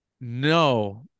No